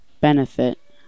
Benefit